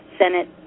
senate